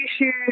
issues